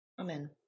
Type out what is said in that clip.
Amen